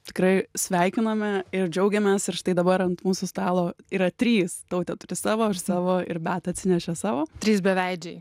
tikrai sveikiname ir džiaugiamės ir štai dabar ant mūsų stalo yra trys tautė turi savo aš savo ir beata atsinešė savo trys beveidžiai